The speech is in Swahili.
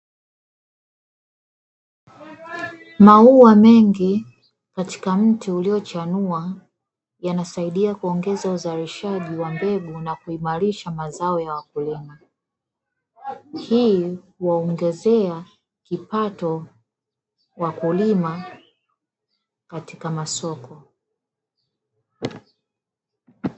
Maua mengi katika mti uliochanua yanasaidia kuongeza uzalishaji wa mbegu na kuimarisha mazao ya wakulima. Hii huongezea kipato wakulima katika masoko.